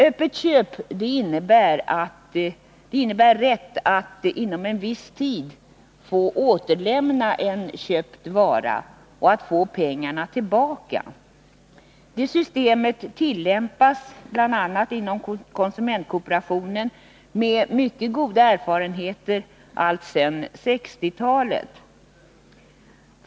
Öppet köp innebär rätt att inom en viss tid få återlämna en köpt vara och få pengarna tillbaka. Det systemet tillämpas inom bl.a. konsumentkooperationen med goda erfarenheter alltsedan 1960-talet.